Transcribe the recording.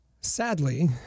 Sadly